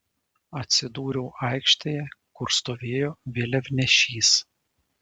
atsidūriau aikštėje kur stovėjo vėliavnešys